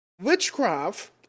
Witchcraft